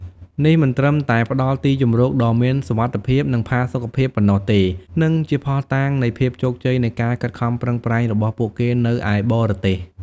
នេះមិនត្រឹមតែផ្ដល់ទីជម្រកដ៏មានសុវត្ថិភាព និងផាសុកភាពប៉ុណ្ណោះទេ និងជាភស្តុតាងនៃភាពជោគជ័យនៃការខិតខំប្រឹងប្រែងរបស់ពួកគេនៅឯបរទេស។